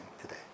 today